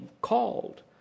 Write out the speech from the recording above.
called